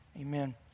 amen